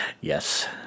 Yes